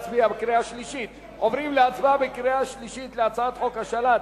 הצבעה בקריאה שלישית על הצעת חוק השאלת